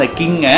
king